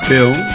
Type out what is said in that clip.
Bill